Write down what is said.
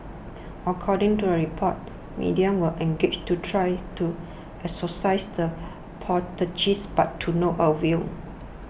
according to the report mediums were engaged to try to exorcise the poltergeists but to no avail